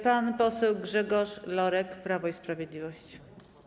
Pan poseł Grzegorz Lorek, Prawo i Sprawiedliwość.